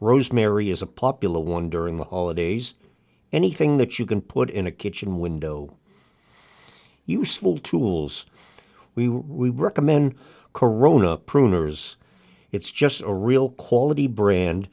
rosemary is a popular one during the holidays anything that you can put in a kitchen window useful tools we recommend corona pruners it's just a real quality brand